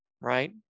right